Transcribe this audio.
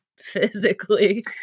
physically